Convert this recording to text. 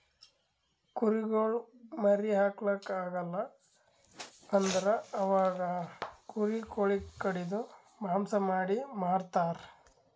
ಕುರಿಗೊಳ್ ಮರಿ ಹಾಕ್ಲಾಕ್ ಆಗಲ್ ಅಂದುರ್ ಅವಾಗ ಕುರಿ ಗೊಳಿಗ್ ಕಡಿದು ಮಾಂಸ ಮಾಡಿ ಮಾರ್ತರ್